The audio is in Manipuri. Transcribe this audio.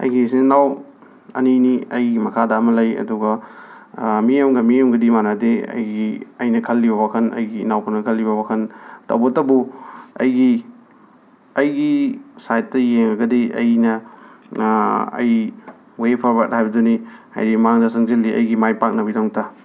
ꯑꯩꯒꯤ ꯏꯆꯤꯟ ꯏꯅꯥꯎ ꯑꯅꯤꯅꯤ ꯑꯩꯒꯤ ꯃꯈꯥꯗ ꯑꯃ ꯂꯩ ꯑꯗꯨꯒ ꯃꯤ ꯑꯃꯒ ꯃꯤ ꯑꯃꯒꯗꯤ ꯃꯥꯅꯗꯦ ꯑꯩꯒꯤ ꯑꯩꯅ ꯈꯜꯂꯤꯕ ꯋꯥꯈꯜ ꯑꯩꯒꯤ ꯏꯅꯥꯎꯄꯥꯅ ꯈꯜꯂꯤꯕ ꯋꯥꯈꯜ ꯇꯧꯕꯇꯕꯨ ꯑꯩꯒꯤ ꯑꯩꯒꯤ ꯁꯥꯏꯠꯇ ꯌꯦꯡꯉꯒꯗꯤ ꯑꯩꯅ ꯑꯩ ꯐꯣꯔꯋꯥꯗ ꯍꯥꯏꯕꯗꯨꯅꯤ ꯍꯥꯏꯗꯤ ꯃꯥꯡꯗ ꯆꯪꯁꯤꯜꯂꯤ ꯑꯩꯒꯤ ꯃꯥꯏ ꯄꯥꯛꯅꯕꯒꯤꯗꯃꯛꯇ